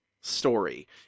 story